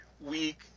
week